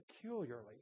peculiarly